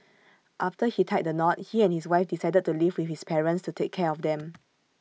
after he tied the knot he and his wife decided to live with his parents to take care of them